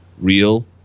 real